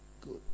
good